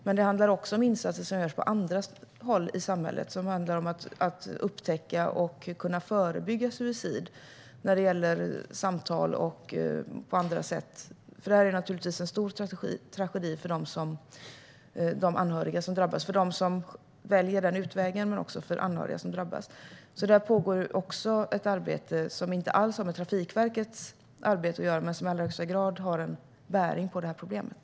Men det handlar också om insatser som görs på andra håll i samhället för att kunna upptäcka och förebygga suicid med samtal och på andra sätt. Detta är naturligtvis en stor tragedi för dem som väljer den utvägen men också för anhöriga som drabbas. Där pågår ett arbete som inte alls har med Trafikverkets arbete att göra men som i allra högsta grad har bäring på problemet.